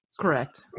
correct